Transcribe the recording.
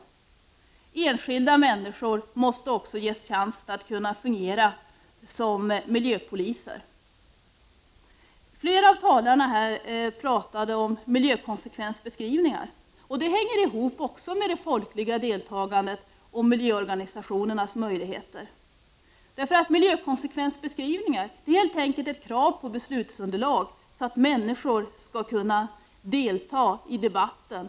Också enskilda människor måste ges chansen att få fungera som miljöpoliser. Flera av talarna har pratat om miljökonsekvensbeskrivningar, och det hänger också ihop med det folkliga deltagandet och med miljöorganisatio nernas möjligheter att arbeta. Miljökonsekvensbeskrivningar är helt enkelt — Prot. 1989/90:31 ett krav på beslutsunderlag för människor som vill kunna delta i debatten.